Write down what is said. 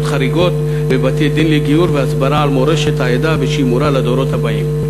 חריגות בבתי-דין לגיור והסברה על מורשת העדה ושימורה לדורות הבאים.